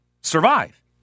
survive